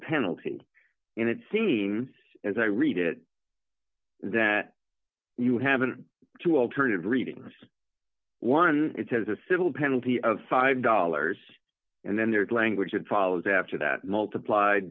penalty and it seems as i read it that you have been to alternative reading this one it says a civil penalty of five dollars and then there's language that follows after that multiplied